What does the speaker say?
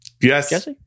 Yes